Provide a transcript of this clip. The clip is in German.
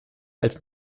als